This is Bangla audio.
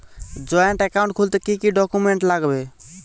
জয়েন্ট একাউন্ট খুলতে কি কি ডকুমেন্টস লাগবে?